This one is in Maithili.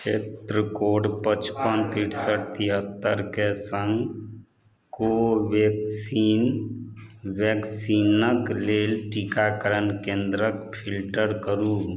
क्षेत्र कोड पचपन तिरसठ तिहत्तर के सङ्ग कोवेक्सिन वैक्सीनक लेल टीकाकरण केंद्रक फिल्टर करू